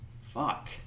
Fuck